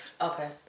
Okay